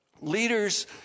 leaders